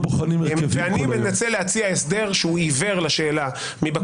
אני מנסה להציע הסדר שהוא עיוור לשאלה מי בקואליציה.